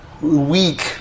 weak